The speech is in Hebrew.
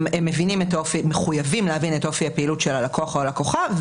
הם מחויבים להבין את אופי הפעילות של הלקוח או הלקוחה.